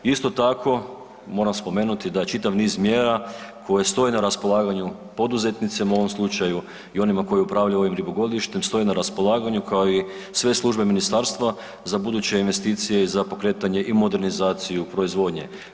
Isto tako moram spomenuti da je čitav niz mjera koje stoje na raspolaganju poduzetnicima, u ovom slučaju i onima koji upravljaju ovim ribogojilištem stoje na raspolaganju kao i sve službe ministarstva za buduće investicije i za pokretanje i modernizaciju proizvodnje.